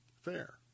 fair